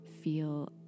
feel